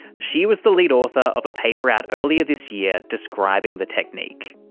she was the lead author of a paper out earlier this year describing the technique.